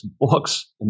books